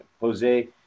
Jose